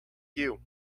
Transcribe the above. you